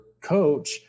coach